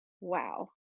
wow